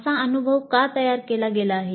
असा अनुभव का तयार केला गेला आहे